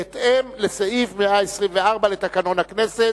בהתאם לסעיף 124 לתקנון הכנסת.